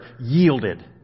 yielded